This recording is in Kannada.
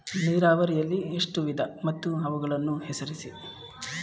ನೀರಾವರಿಯಲ್ಲಿ ಎಷ್ಟು ವಿಧ ಮತ್ತು ಅವುಗಳನ್ನು ಹೆಸರಿಸಿ?